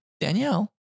Danielle